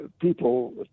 People